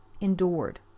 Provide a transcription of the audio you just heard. endured